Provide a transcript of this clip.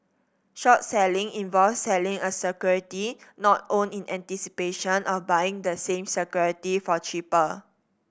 short selling involves selling a security not owned in anticipation of buying the same security for cheaper